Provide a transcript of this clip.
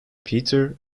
peter